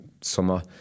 summer